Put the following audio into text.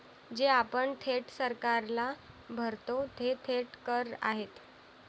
जे आपण थेट सरकारला भरतो ते थेट कर आहेत